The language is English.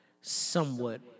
Somewhat